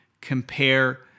compare